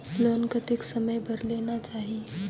Loan कतेक समय बर लेना चाही?